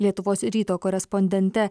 lietuvos ryto korespondente